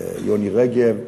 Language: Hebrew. יוני רגב,